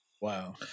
Wow